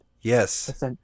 yes